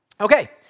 Okay